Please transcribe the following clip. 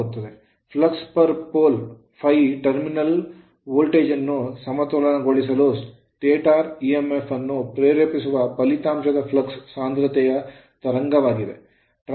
flux per pole ಪ್ರತಿ ಧ್ರುವಕ್ಕೆ flux ∅ terminal voltage ಅನ್ನು ಸಮತೋಲನಗೊಳಿಸಲು ಸ್ಟಾಟರ್ emf ಅನ್ನು ಪ್ರೇರೇಪಿಸುವ ಫಲಿತಾಂಶದ ಫ್ಲಕ್ಸ್ ಸಾಂದ್ರತೆಯ ತರಂಗವಾಗಿದೆ